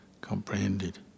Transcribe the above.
comprehended